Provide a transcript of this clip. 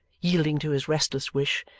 yielding to his restless wish.